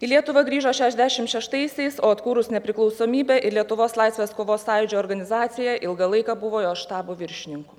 į lietuvą grįžo šešdešim šeštaisiais o atkūrus nepriklausomybę ir lietuvos laisvės kovos sąjūdžio organizaciją ilgą laiką buvo jos štabo viršininku